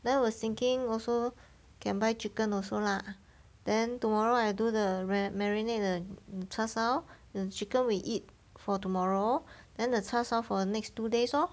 then I was thinking also can buy chicken also lah then tomorrow I do the marinade the 叉烧 the chicken we eat for tomorrow then the 叉烧 for the next two days lor